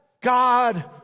god